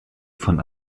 von